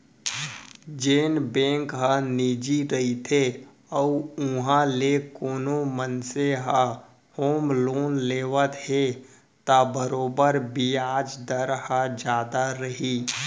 जेन बेंक ह निजी रइथे अउ उहॉं ले कोनो मनसे ह होम लोन लेवत हे त बरोबर बियाज दर ह जादा रही